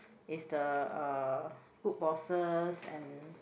is the uh good bosses and